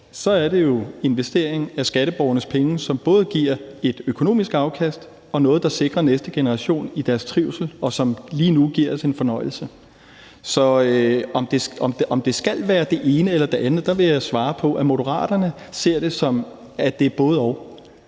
så er det jo en investering af skatteborgernes penge, som både giver et økonomisk afkast og sikrer næste generation i deres trivsel, og som lige nu giver os en fornøjelse. Så i forhold til om det skal være det ene eller det andet, vil jeg sige, at Moderaterne ser det, som at det er et både-og.